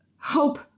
hope